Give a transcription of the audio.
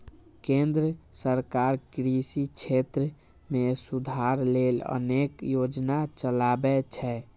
केंद्र सरकार कृषि क्षेत्र मे सुधार लेल अनेक योजना चलाबै छै